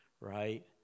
right